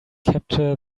capture